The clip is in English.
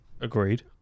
Agreed